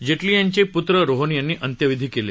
जेटली यांचे पुत्र रोहन यांनी अंत्यविधी केले